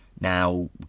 Now